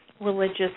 religious